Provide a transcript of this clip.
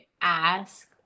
ask